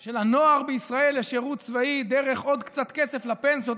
של הנוער בישראל לשירות צבאי דרך עוד קצת כסף לפנסיות,